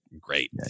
great